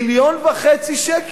1.5 מיליון שקל.